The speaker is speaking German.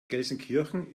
gelsenkirchen